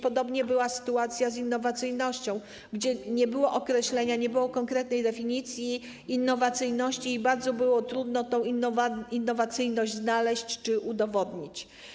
Podobnie wyglądała sytuacja z innowacyjnością, gdzie nie było określenia, nie było konkretnej definicji innowacyjności i było bardzo trudno tę innowacyjność znaleźć czy udowodnić.